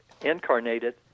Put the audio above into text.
incarnated